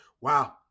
wow